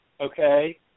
okay